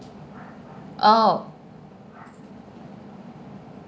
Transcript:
oh